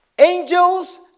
Angels